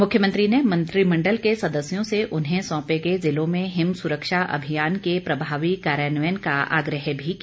मुख्यमंत्री ने मंत्रिमंडल के सदस्यों से उन्हें सौंपे गए जिलों में हिम सुरक्षा अभियान के प्रभावी कार्यान्वयन का आग्रह भी किया